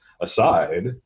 aside